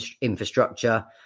infrastructure